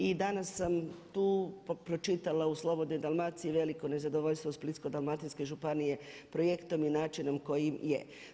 I danas sam tu pročitala u Slobodnoj Dalmaciji veliko nezadovoljstvo Splitsko-dalmatinske županije projektom i načinom koji je.